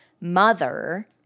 mother